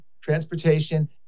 transportation